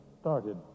started